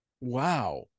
wow